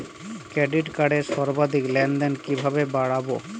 Credit কার্ডের সর্বাধিক লেনদেন কিভাবে বাড়াবো?